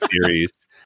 series